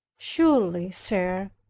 surely, sir,